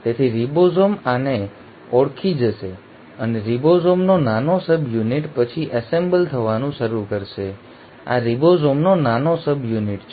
તેથી રિબોસોમ આને ઓળખી જશે અને રિબોસોમનો નાનો સબયુનિટ પછી એસેમ્બલ થવાનું શરૂ કરશે આ રિબોઝોમનો નાનો સબયુનિટ છે